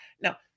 Now